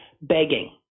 begging